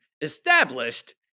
established